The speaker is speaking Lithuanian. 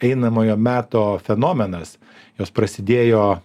einamojo meto fenomenas jos prasidėjo